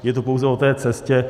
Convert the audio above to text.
Je to pouze o té cestě.